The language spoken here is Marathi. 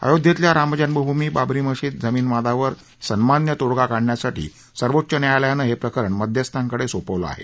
अयोध्येतल्या राम जन्मभूमी बाबरी मशीद जमीन वादावर सन्मान्य तोडगा काढण्यासाठी सर्वोच्च न्यायालयानं हे प्रकरण मध्यस्थांकडे सोपवलं आहे